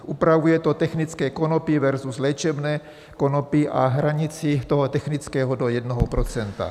Upravuje to technické konopí versus léčebné konopí a hranici technického do 1 %.